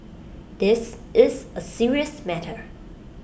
this is A serious matter